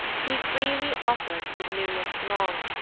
he freely offer'd to the num'rous throng,